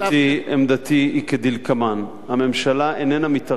עמדתי היא כדלקמן: הממשלה איננה מתערבת.